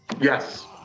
Yes